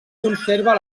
conserva